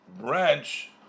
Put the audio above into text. branch